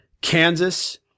Kansas